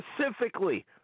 specifically